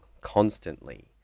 constantly